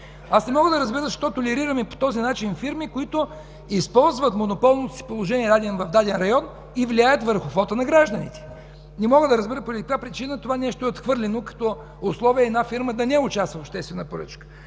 Не мога да разбера защо толерираме по този начин фирми, които използват монополното си положение в даден район и влияят върху вота на гражданите!? Не мога да разбера поради каква причина това нещо е отхвърлено като условие една фирма да не участва в обществена поръчка!